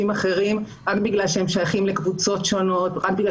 אחרים רק בגלל שהם שייכים לקבוצות שונות או רק בגלל